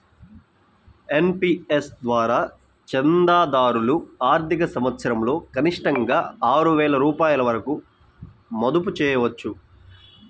NPS ద్వారా చందాదారులు ఆర్థిక సంవత్సరంలో కనిష్టంగా ఆరు వేల రూపాయల వరకు మదుపు చేయవచ్చు